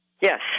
Yes